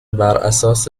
براساس